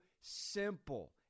simple